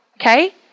okay